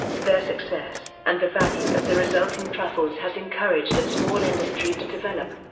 their success and the value of the resulting truffles has encouraged a small industry to develop.